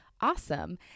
awesome